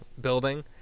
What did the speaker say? building